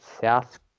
South